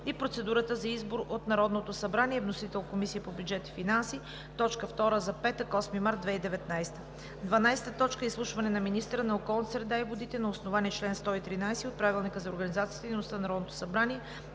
и процедурата за избор от Народното събрание. Вносител: Комисията по бюджет и финанси – точка втора за петък, 8 март 2019 г. 12. Изслушване на министъра на околната среда и водите на основание чл. 113 от Правилника за организацията и дейността на Народното събрание